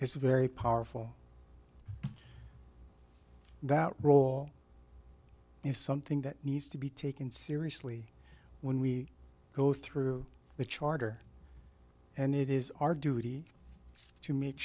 a very powerful that role is something that needs to be taken seriously when we go through the charter and it is our duty to make